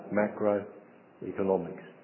macroeconomics